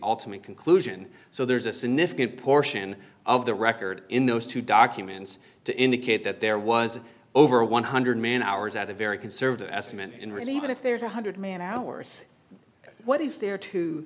ultimate conclusion so there's a significant portion of the record in those two documents to indicate that there was over one hundred man hours at a very conservative estimate and really even if there is one hundred man hours what is there to